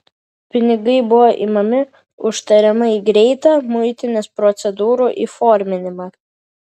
pinigai buvo imami už tariamai greitą muitinės procedūrų įforminimą